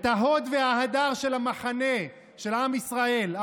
את ההוד וההדר של המחנה, של עם ישראל.